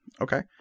Okay